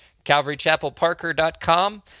calvarychapelparker.com